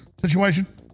situation